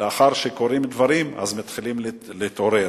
לאחר שקורים דברים מתחילים להתעורר.